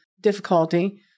difficulty